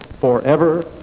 forever